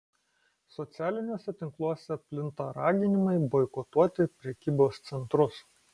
socialiniuose tinkluose plinta raginimai boikotuoti prekybos centrus